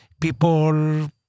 people